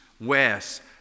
west